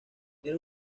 era